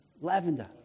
Lavender